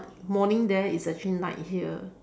morning there is actually night here